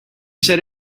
said